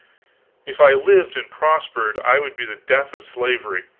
if i lived and prospered i would be the death of slavery,